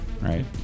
right